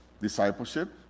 discipleship